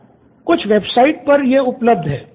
student 4 कुछ website पर यह उपलब्ध हैं